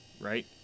right